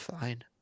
Fine